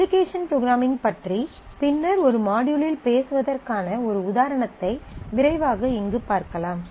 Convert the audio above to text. application programming பற்றி பின்னர் ஒரு மாட்யூலில் பேசுவதற்கான ஒரு உதாரணத்தை விரைவாக இங்கு பார்க்கலாம்